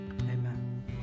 Amen